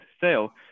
sale